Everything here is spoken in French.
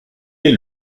est